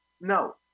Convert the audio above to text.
No